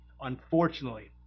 Unfortunately